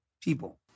people